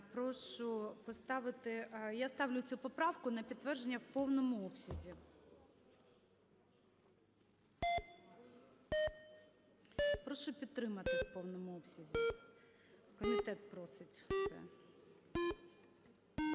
Я ставлю цю поправку на підтвердження в повному обсязі. Прошу підтримати в повному обсязі. Комітет просить це.